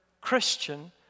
Christian